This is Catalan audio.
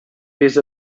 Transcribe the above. vés